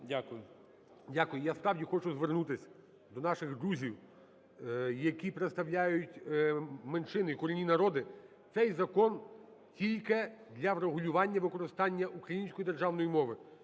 Дякую. Я, справді, хочу звернутись до наших друзів, які представляють меншини і корінні народи. Цей закон тільки для врегулювання використання української державної мови.